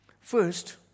First